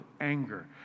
anger